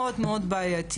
מאוד מאוד בעייתי,